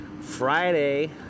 friday